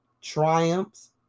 triumphs